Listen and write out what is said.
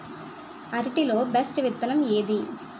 అరటి లో బెస్టు విత్తనం ఏది?